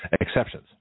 Exceptions